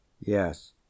Yes